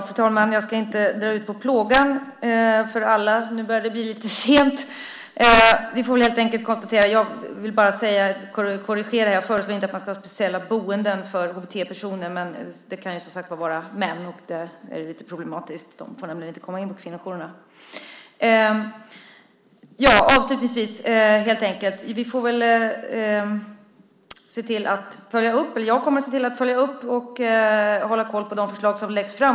Fru talman! Jag ska inte dra ut på plågan för alla. Nu börjar det bli lite sent. Jag vill bara korrigera: Jag föreslår inte att man ska ha speciella boenden för HBT-personer. Men de kan vara män, och då är det lite problematiskt, för då får de inte komma in på kvinnojourerna. Jag ska se till att följa upp och hålla koll på de förslag som läggs fram.